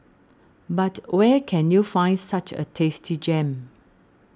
but where can you find such a tasty gem